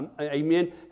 amen